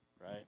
right